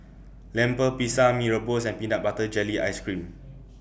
Lemper Pisang Mee Rebus and Peanut Butter Jelly Ice Cream